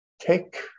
take